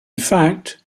fact